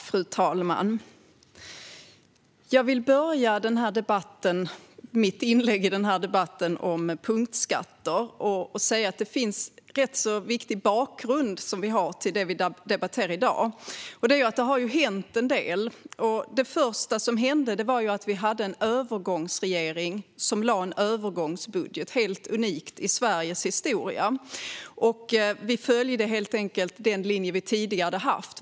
Fru talman! Jag vill börja mitt inlägg i denna debatt om punktskatter med att säga att det finns en rätt viktig bakgrund till det vi debatterar i dag. Det har nämligen hänt en del. Det första som hände var att vi hade en övergångsregering som lade fram en övergångsbudget - helt unikt i Sveriges historia. Vi följde helt enkelt den linje vi tidigare haft.